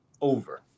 over